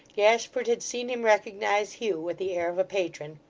gashford had seen him recognise hugh with the air of a patron.